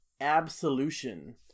Absolution